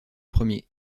premier